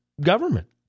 government